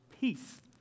peace